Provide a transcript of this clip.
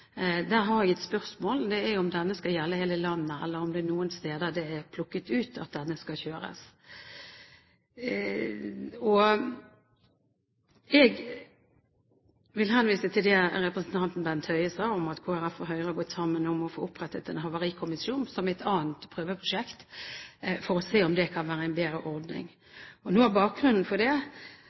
har jeg et spørsmål, og det er om denne skal gjelde hele landet, eller om den skal kjøres på noen steder som er plukket ut. Jeg vil henvise til det representanten Bent Høie sa om at Kristelig Folkeparti og Høyre har gått sammen om å få opprettet en havarikommisjon som et annet prøveprosjekt, for å se om det kan være en bedre ordning. Noe av bakgrunnen for det